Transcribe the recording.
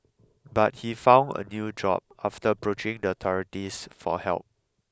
but he found a new job after approaching the authorities for help